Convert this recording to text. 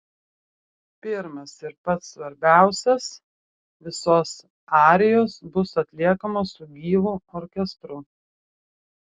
pirmas ir pats svarbiausias visos arijos bus atliekamos su gyvu orkestru